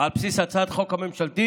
על בסיס הצעת החוק הממשלתית,